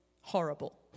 horrible